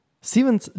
Steven